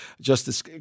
Justice